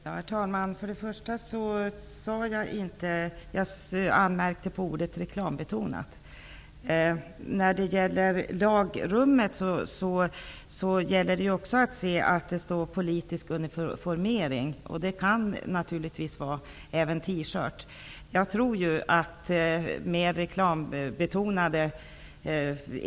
Herr talman! För det första anmärkte jag på ordet ''reklambetonat''. I lagrummet står det också ''politisk uniformering'', vilket naturligtvis även kan vara t-shirts.